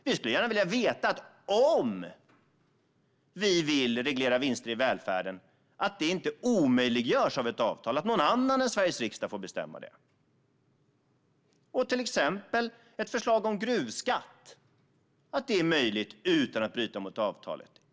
Vi skulle gärna vilja veta att om vi vill införa en reglering av vinster i välfärden omöjliggörs inte det av ett avtal och någon annan än Sveriges riksdag får bestämma om det. Vi skulle gärna vilja veta att till exempel ett förslag om gruvskatt är möjligt utan att bryta mot avtalet.